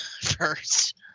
first